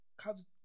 Cubs